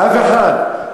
אף אחד לא קונה.